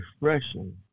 refreshing